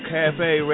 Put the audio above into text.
Cafe